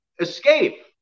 escape